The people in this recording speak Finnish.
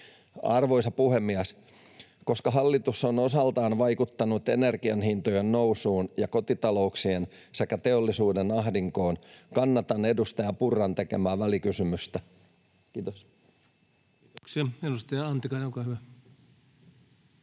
Arvoisa puhemies! Koska hallitus on osaltaan vaikuttanut energian hintojen nousuun ja kotitalouksien sekä teollisuuden ahdinkoon, kannatan edustaja Purran tekemää välikysymystä. — Kiitos. [Speech 216] Speaker: Ensimmäinen varapuhemies